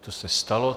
To se stalo.